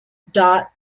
dot